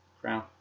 Crown